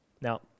Now